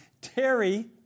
Terry